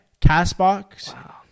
CastBox